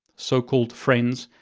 so called friends,